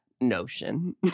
notion